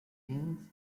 teens